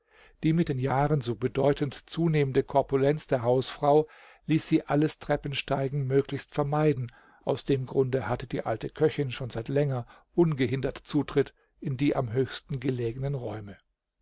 die mit den jahren so bedeutend zunehmende korpulenz der hausfrau ließ sie alles treppensteigen möglichst vermeiden aus dem grunde hatte die alte köchin schon seit länger ungehindert zutritt in die am höchsten gelegenen räume